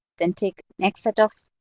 then take next set of